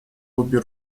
обе